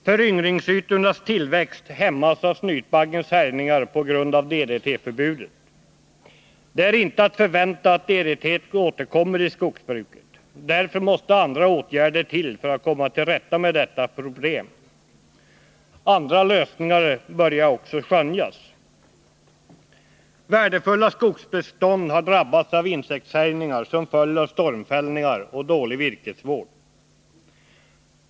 Föryngringsytornas tillväxt hämmas av snytbaggens härjningar på grund av DDT-förbudet. Det är inte att förvänta att DDT återkommer i skogsbruket. Därför måste andra åtgärder till för att komma till rätta med detta problem. Andra lösningar börjar också skönjas. Värdefulla skogsbestånd har drabbats av insektshärjningar som en följd av stormfällningar och en dålig virkesvård.